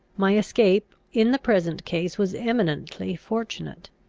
my escape in the present case was eminently fortunate.